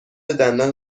دندان